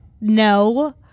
no